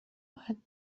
باید